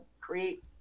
create